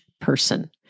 person